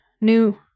new